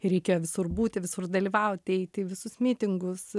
reikia visur būti visur dalyvauti eiti į visus mitingus